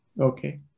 Okay